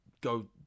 go